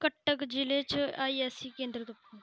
कटक जि'ले च I S I C केंदर तुप्पो